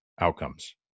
outcomes